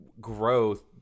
growth